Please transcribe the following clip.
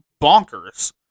bonkers